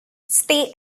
stay